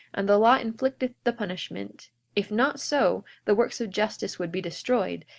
and the law inflicteth the punishment if not so, the works of justice would be destroyed,